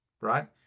right